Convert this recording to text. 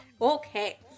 okay